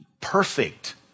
perfect